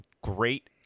great